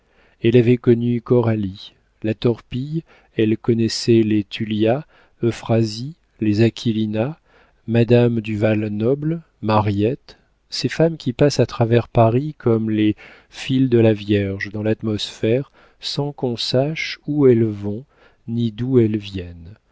elle avait connu coralie la torpille elle connaissait les tullia euphrasie les aquilina madame du val-noble mariette ces femmes qui passent à travers paris comme les fils de la vierge dans l'atmosphère sans qu'on sache où elles vont ni d'où elles viennent